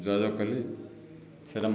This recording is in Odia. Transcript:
ଯୋଗାଯୋଗ କଲି ସେଇଟା ମୋ'